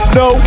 no